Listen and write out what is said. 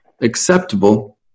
acceptable